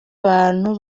abantu